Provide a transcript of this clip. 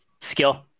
Skill